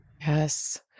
Yes